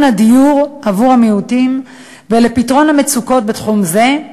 הדיור עבור המיעוטים ולפתרון המצוקות בתחום זה,